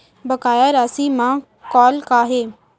बकाया राशि मा कॉल का हे?